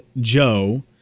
Joe